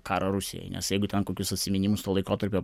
karą rusijai nes jeigu ten kokius atsiminimus to laikotarpio